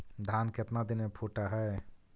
धान केतना दिन में फुट है?